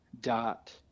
dot